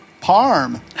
Parm